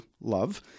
love